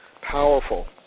powerful